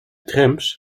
trams